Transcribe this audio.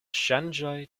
ŝanĝoj